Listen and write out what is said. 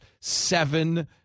seven